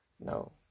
No